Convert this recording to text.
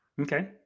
Okay